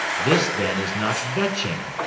this then is not vetching.